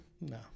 No